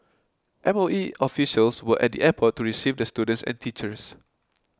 M O E officials were at the airport to receive the students and teachers